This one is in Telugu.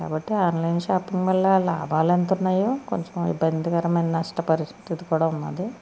కాబట్టి ఆన్లైన్ షాపింగ్ వల్ల లాభాలు ఎంతున్నాయో కొంచెం ఇబ్బందికరమైన నష్ట పరిస్థితి కూడా ఉన్నాది